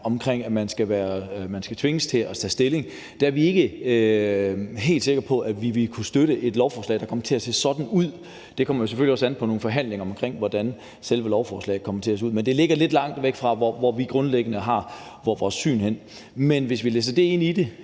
om, at man skal tvinges til at tage stilling, ind i det, så er vi ikke helt sikre på, at vi ville kunne støtte det, altså hvis forslaget kommer til at se sådan ud. Det kommer selvfølgelig også an på de forhandlinger omkring, hvordan selve forslaget kommer til at se ud, men det ligger lidt langt fra, hvor vi grundlæggende har vores syn henne. Men hvis vi læser det ind i det,